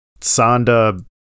sonda